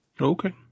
Okay